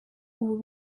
ubu